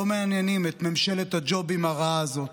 לא מעניינים את ממשלת הג'ובים הרעה הזאת.